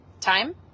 Time